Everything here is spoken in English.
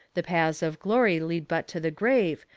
the paths of glory lead but to the grave,